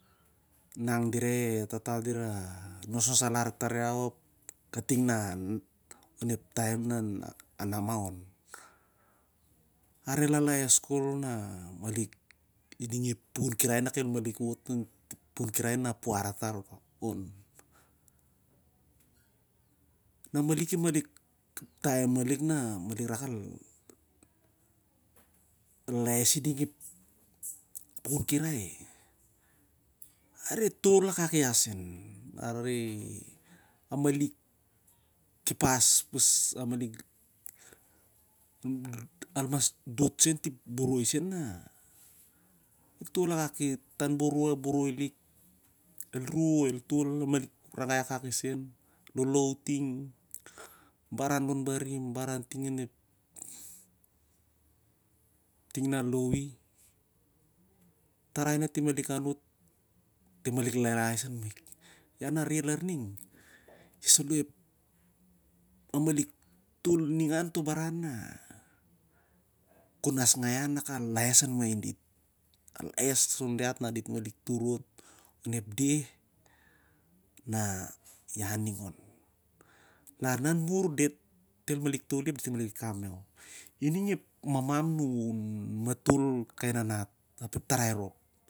Nang dira e tata dira nosnos alar tar iau kating onep taem na namaon, a re re lala es pot na malik i ding ep pukua kirai na puar tar on na malik malik taem malik na rak al lala es i ding ep pukun kirai a re tol a kak ia sen arere malik kepas pas malik al mas dot sen ti boroi a boroi lik tan boroi ol ru o el tol a malik ra gai akak i sen lolow ting baran lon barim barau ting anep ting na low i tarai na ki malik anot dit malik lala es an maik ia na re lar ning ia salo ep a malik tol ningan to baran na kon askai iau na la la es an main dit al laes on diat na dit malik tar ot onep deh na ia ning on lon na mur dit el malik toli ap dit el malik kam iau.